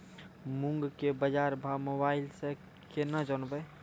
मूंग के बाजार भाव मोबाइल से के ना जान ब?